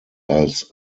als